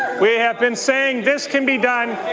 we have been saying this can be done,